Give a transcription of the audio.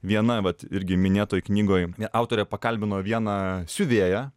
viena vat irgi minėtoj knygoj autorė pakalbino vieną siuvėją